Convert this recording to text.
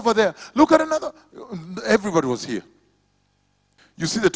over there look at another everybody was here you see the